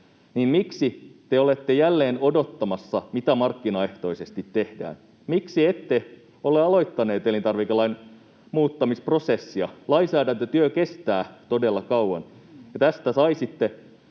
niin miksi te olette jälleen odottamassa, mitä markkinaehtoisesti tehdään? Miksi ette ole aloittaneet elintarvikelain muuttamisprosessia? Lainsäädäntötyö kestää todella kauan. Tästä saisitte